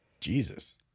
Jesus